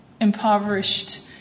impoverished